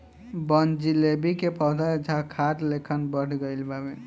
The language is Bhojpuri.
बनजीलेबी के पौधा झाखार लेखन बढ़ गइल बावे